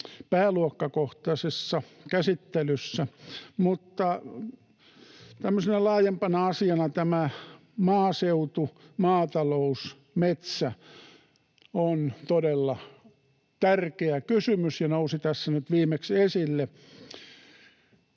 pääluokkakohtaisessa käsittelyssä, mutta tämmöisenä laajempana asiana tämä maaseutu, maatalous, metsä on todella tärkeä kysymys ja nousi tässä nyt viimeksi esille.